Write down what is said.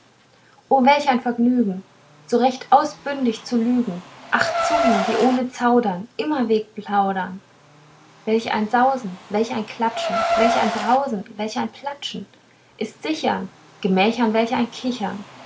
o welch ein vergnügen so recht ausbündig zu lügen acht zungen die ohne zaudern immerweg plaudern welch ein sausen welch ein klatschen welch ein brausen welch ein platschen ist sichern gemächern welch ein kichern